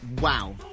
Wow